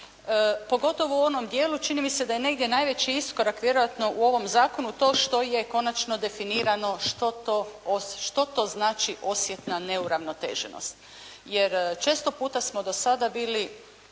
pogotovo u onom dijelu čini mi se da je najveći iskorak vjerojatno u ovom zakonu to što je konačno definirano što to znači osjetna neuravnoteženost. Jer često puta smo do sada bili